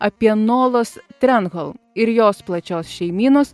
apie nolos trenhol ir jos plačios šeimynos